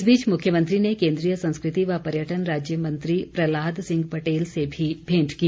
इस बीच मुख्यमंत्री ने केन्द्रीय संस्कृति व पर्यटन राज्य मंत्री प्रहलाद सिंह पटेल से भी भेंट की